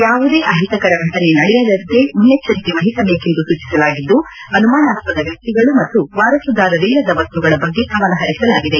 ಯಾವುದೇ ಅಹಿತಕರ ಫಟನೆ ನಡೆಯದಂತೆ ಮುನ್ನೆಚ್ಚರಿಕೆ ವಹಿಸುವಂತೆ ಸೂಚಿಸಲಾಗಿದ್ದು ಅನುಮಾನಾಸ್ವದ ವ್ಯಕ್ತಿಗಳು ಮತ್ತು ವಾರಸುದಾರರಿಲ್ಲದ ವಸ್ತುಗಳ ಬಗ್ಗೆ ಗಮನಹರಿಸಲಾಗಿದೆ